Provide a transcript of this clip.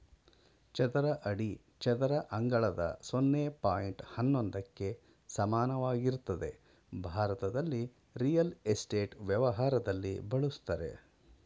ಚದರ ಅಡಿ ಚದರ ಅಂಗಳದ ಸೊನ್ನೆ ಪಾಯಿಂಟ್ ಹನ್ನೊಂದಕ್ಕೆ ಸಮಾನವಾಗಿರ್ತದೆ ಭಾರತದಲ್ಲಿ ರಿಯಲ್ ಎಸ್ಟೇಟ್ ವ್ಯವಹಾರದಲ್ಲಿ ಬಳುಸ್ತರೆ